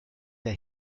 der